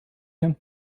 him